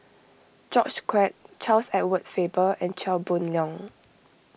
George Quek Charles Edward Faber and Chia Boon Leong